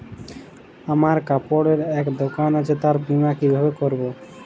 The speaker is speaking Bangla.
আমার কাপড়ের এক দোকান আছে তার বীমা কিভাবে করবো?